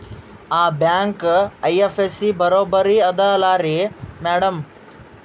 ಆ bank IFSC ಬರೊಬರಿ ಅದಲಾರಿ ಮ್ಯಾಡಂ?